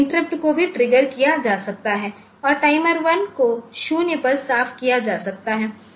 और इंटरप्ट को भी ट्रिगर किया जा सकता है और टाइमर 1 को 0पर साफ़ किया जा सकता है